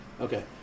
Okay